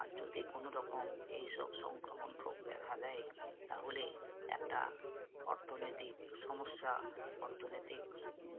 আর যদি কোন রকম এইসব সংক্রমণ রোগ দেখা দেয় তাহলে একটা অর্থনৈতিক সমস্যা অর্থনৈতিক